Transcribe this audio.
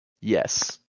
yes